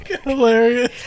Hilarious